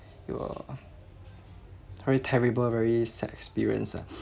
he were very terrible very sad experience ah